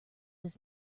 was